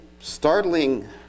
startling